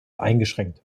eingeschränkt